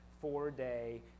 four-day